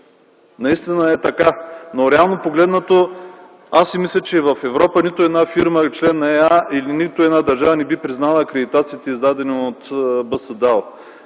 Наистина е така, но реално погледнато аз си мисля, че в Европа нито една фирма – член на ЕА, или нито една държава не би признала акредитациите, издадени от БСДАУ.